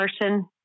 person